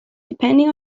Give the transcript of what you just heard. depending